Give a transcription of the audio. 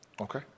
okay